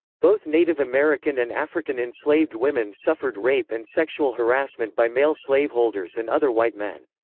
both native american and african enslaved women suffered rape and sexual harassment by male slaveholders and other white men.